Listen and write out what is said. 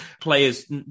players